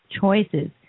choices